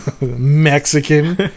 Mexican